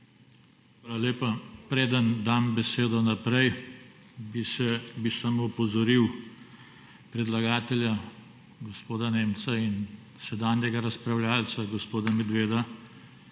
Hvala lepa. Preden dam besedo naprej, bi samo opozoril predlagatelja gospoda Nemca in sedanjega razpravljavca gospoda Medveda,